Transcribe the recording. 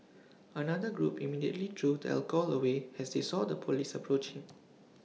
another group immediately threw the alcohol away as they saw the Police approaching